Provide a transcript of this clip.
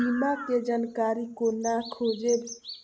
बीमा के जानकारी कोना खोजब?